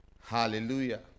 Hallelujah